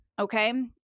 okay